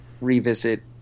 revisit